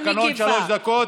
בתקנון שלוש דקות.